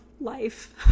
life